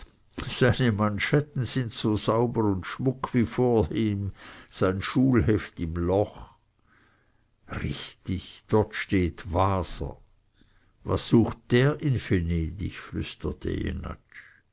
seine manschetten sind so sauber und schmuck wie vordem sein schulheft im loch richtig dort steht waser was sucht der in venedig flüsterte